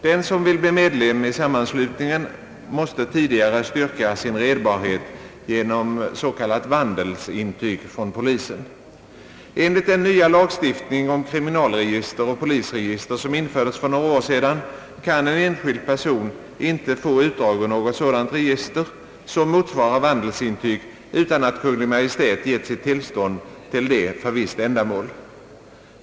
Den som ville bli medlem i sammanslutningen måste tidigare styrka sin redbarhet genom s.k. vandelsintyg från polisen. Enligt den nya lagstiftning om kriminalregister och polisregister som infördes för några år sedan kan en enskild person inte få utdrag ur något sådant register — som motsvarar vandelsintyg — utan att Kungl. Maj:t har givit sitt tillstånd till det för visst ändamål.